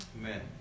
Amen